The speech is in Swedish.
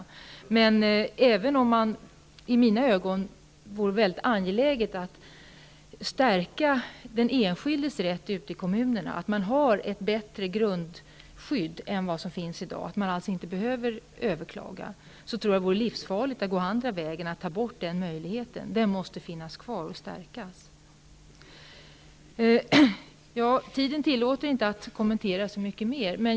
Även om det enligt min mening är mycket angeläget att stärka den enskildes rätt ute i kommunerna, så att det blir ett bättre grundskydd och onödigt att överklaga, tror jag att det vore livsfarligt att gå den andra vägen och ta bort möjligheten att överklaga. Denna möjlighet måste finnas kvar och stärkas. Tiden tillåter mig inte att kommentera så mycket mer.